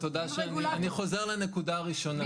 אני חוזר לנקודה הראשונה,